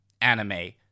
anime